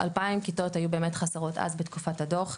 2000 היו באמת חסרות אז בתקופת הדו"ח,